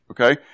okay